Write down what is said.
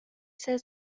ses